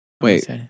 Wait